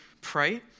pray